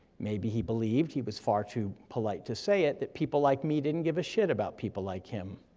maybe he believed, he was far too polite to say it, that people like me didn't give a shit about people like him.